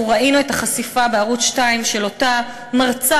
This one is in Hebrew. אנחנו ראינו את החשיפה בערוץ 2 של אותה מרצה